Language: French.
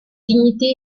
dignité